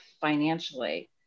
financially